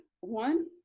One